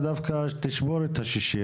זה בדיוק מה שעושה הסעיף.